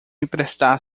emprestar